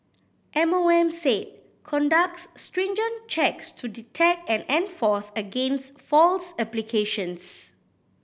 M O M said conducts stringent checks to detect and enforce against false applications